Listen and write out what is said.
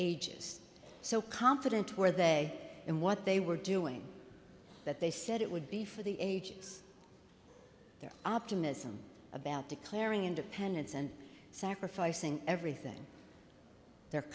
ages so confident where they and what they were doing that they said it would be for the ages their optimism about declaring independence and sacrificing everything their